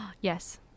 Yes